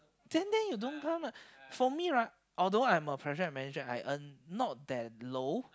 then then you don't come ah for me right although I'm a project manager I earn not that low